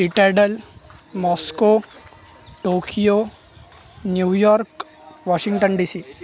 citadel Moscow Tokyo New York Washington DC